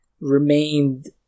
remained